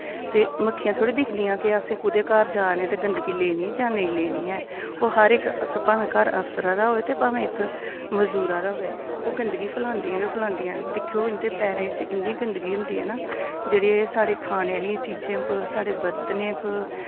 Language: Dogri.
ते मक्खियां थोह्ड़े दिखदियां के असें कुदे घर जा ने ते गंदगी लेनी जां नेईं लेनी ऐ ओह् हर इक भाएं घर अफसरा दा होए ते भाएं इक मजदूरा दा होऐ ओह् गंदगी फलांदियां गै फलांदियां न दिक्खेओ इं'दे पैरें च इ'न्नी गंदगी होंदी ऐ ना जेह्ड़ी एह् साढ़े खाने आह्लियें चीजें पर साढ़े बर्तनें प